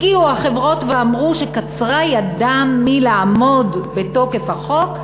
הגיעו החברות ואמרו שקצרה ידם מלעמוד בחוק,